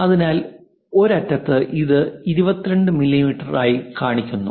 അതിനാൽ ഒരു അറ്റത്ത് നിന്ന് ഇത് 22 മില്ലീമീറ്റർ കാണിക്കുന്നു